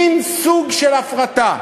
מין סוג של הפרטה.